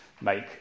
make